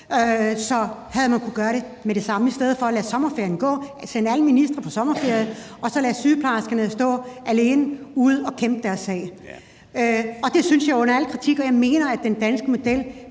man havde kunnet gøre det med det samme i stedet for at lade sommerferien gå, sende alle ministre på sommerferie og så lade sygeplejerskerne stå alene derude og kæmpe deres sag. Det synes jeg er under al kritik man ikke har gjort. Jeg mener, at den danske model